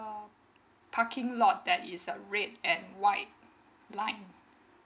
uh parking lot that is red and white line